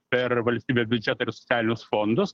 per valstybės biudžetą ir socialinius fondus